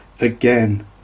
again